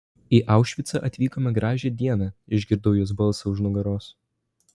į aušvicą atvykome gražią dieną išgirdau jos balsą už nugaros